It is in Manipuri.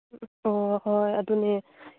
ꯑꯣ ꯍꯣꯏ ꯑꯗꯨꯅꯦ